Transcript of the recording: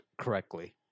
correctly